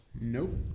Nope